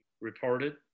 reported